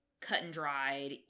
cut-and-dried